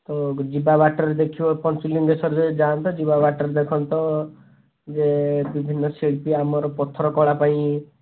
ତ ଯିବା ବାଟରେ ଦେଖିବ ପଞ୍ଚଲିଙ୍ଗେଶ୍ୱର ଯଦି ଯାଆନ୍ତ ଯିବା ବାଟରେ ଦେଖନ୍ତ ଯେ ବିଭିନ୍ନ ଶିଳ୍ପୀ ଆମର ପଥର କଳା ପାଇଁ